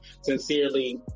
Sincerely